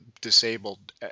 disabled